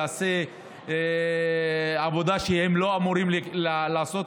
ויעשה להם עבודה שהם לא אמורים לעשות.